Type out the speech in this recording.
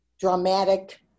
dramatic